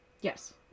yes